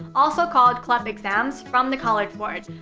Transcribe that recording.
also called clep exams from the college board,